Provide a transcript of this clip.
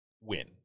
win